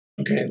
Okay